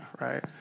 right